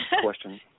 question